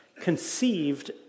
conceived